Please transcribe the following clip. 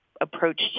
approach